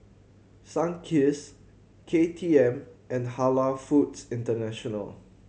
Sunkist K T M and Halal Foods International